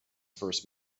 first